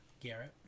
Garrett